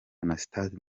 anastase